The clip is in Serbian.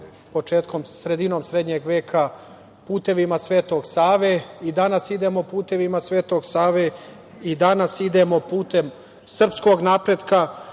početkom, sredinom srednjeg veka, putevima Svetog Save i danas idemo putevima Svetog Save i danas idemo putem srpskog napretka